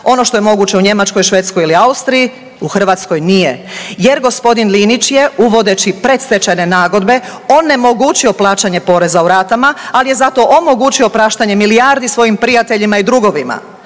ono što je moguće u Njemačkoj, Švedskoj ili Austriji, u Hrvatskoj nije, jer gospodin Linić je uvodeći predstečajne nagodbe onemogućio plaćanje poreza u ratama, ali je zato omogućio praštanje milijardi svojim prijateljima i drugovima.